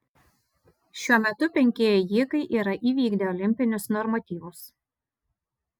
šiuo metu penki ėjikai yra įvykdę olimpinius normatyvus